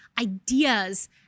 ideas